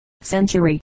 century